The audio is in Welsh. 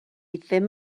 ddim